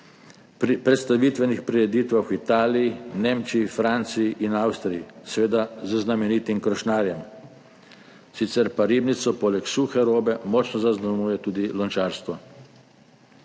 predstavitvenih prireditvah v Italiji, Nemčiji, Franciji in Avstriji, seveda z znamenitim krošnjarjem. Sicer pa Ribnico poleg suhe robe močno zaznamuje tudi lončarstvo.